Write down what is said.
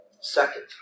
Second